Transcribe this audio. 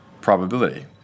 probability